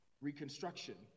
Reconstruction